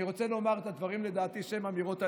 אני רוצה לומר את הדברים שלדעתי הם אמירות הליבה.